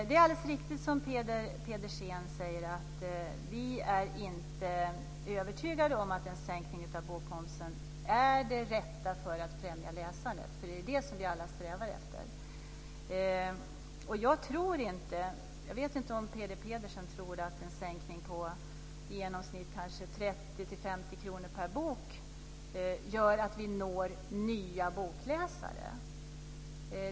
Det är alldeles riktigt som Peter Pedersen säger - vi är inte övertygade om att en sänkning av bokmomsen är det rätta för att främja läsandet, och det är ju det som vi alla strävar efter. Jag vet inte om Peter Pedersen tror att en sänkning på i genomsnitt 30-50 kr per bok gör att vi når nya bokläsare, men jag tror inte det.